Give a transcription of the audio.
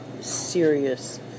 serious